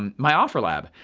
um my offerlab.